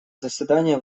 заседание